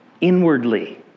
inwardly